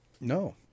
No